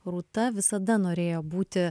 rūta visada norėjo būti